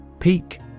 Peak